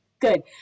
good